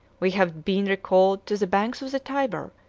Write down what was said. we have been recalled to the banks of the tyber,